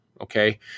Okay